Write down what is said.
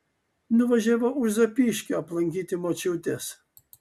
nuvažiavau už zapyškio aplankyti močiutės